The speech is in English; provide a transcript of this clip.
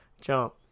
Jump